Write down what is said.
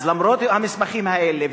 אז למרות המסמכים האלה,